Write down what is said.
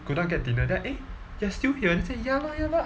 go down get dinner then I eh you are still here then I say ya lah ya lah